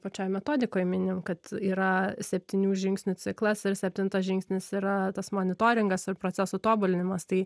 pačioj metodikoj minim kad yra septynių žingsnių ciklas ir septintas žingsnis yra tas monitoringas ir procesų tobulinimas tai